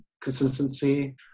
consistency